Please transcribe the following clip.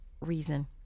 reason